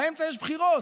באמצע יש בחירות.